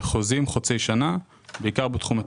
לחוזים חוצי שנה, בעיקר בתחום התפעול.